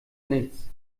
nichts